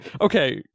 okay